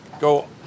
go